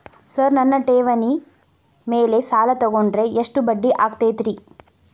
Sir ನನ್ನ ಠೇವಣಿ ಮೇಲೆ ಸಾಲ ತಗೊಂಡ್ರೆ ಎಷ್ಟು ಬಡ್ಡಿ ಆಗತೈತ್ರಿ?